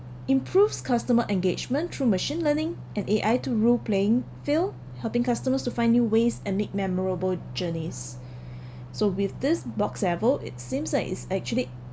improves customer engagement through machine learning and A_I to role-playing field helping customers to find new ways and make memorable journeys so with this box level it seems like it's actually